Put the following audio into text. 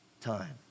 time